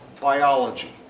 biology